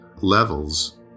levels